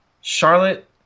Charlotte